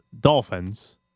Dolphins